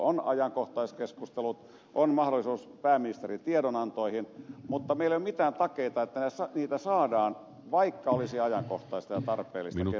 on ajankohtaiskeskustelut on mahdollisuus pääministerin tiedonantoihin mutta meillä ei ole mitään takeita siitä että niitä saadaan vaikka olisi ajankohtaista ja tarpeellista keskustella täällä